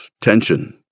tension